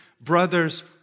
brothers